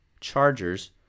Chargers